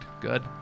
Good